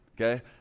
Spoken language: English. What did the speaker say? okay